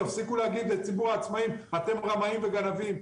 תפסיקו להגיד לציבור העצמאיים: אתם רמאים וגנבים.